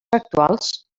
actuals